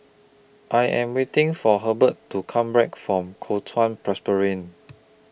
I Am waiting For Herbert to Come Back from Kuo Chuan Presbyterian